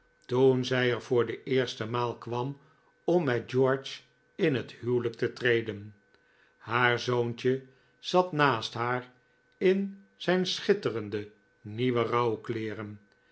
toen zij er voor de eerste maal kwam om met george in het huwelijk te treden haar zoontje zat naast haar in zijn schitterende nieuwe